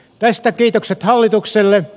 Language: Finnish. tästä kiitokset hallitukselle